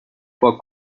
پاک